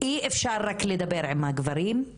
אי אפשר לדבר רק עם הגברים,